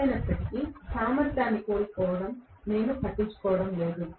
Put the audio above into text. ఏమైనప్పటికీ సామర్థ్యాన్ని కోల్పోవడాన్ని నేను పట్టించుకోవడం లేదు